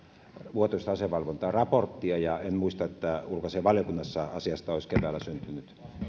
vuotuista asevalvontaraporttia ja en muista että ulkoasiainvaliokunnassa asiasta olisi keväällä syntynyt